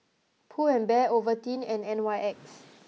Pull and Bear Ovaltine and N Y X